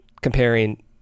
comparing